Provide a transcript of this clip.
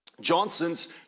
Johnson's